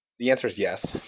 the answer is yes.